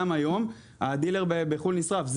גם היום הדילר בחו"ל נשרף.